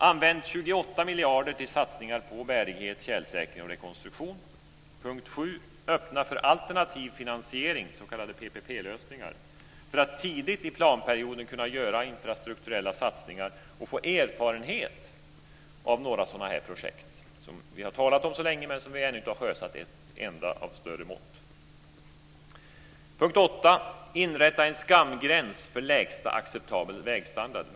Använd 28 miljarder till satsningar på bärighet, tjälsäkring och rekonstruktion. lösningar, för att tidigt i planperioden kunna göra infrastrukturella satsningar och få erfarenhet av några sådana projekt som vi har talat om så länge men där vi ännu inte har sjösatt en enda av större mått. Inrätta en "skamgräns" för lägsta acceptabel vägstandard.